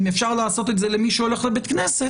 אם אפשר לעשות את זה למי שהולך לבית הכנסת,